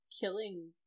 killing